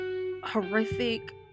horrific